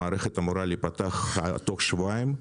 המערכת אמורה להיפתח תוך שבועיים.